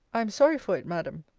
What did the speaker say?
i am sorry for it, madam.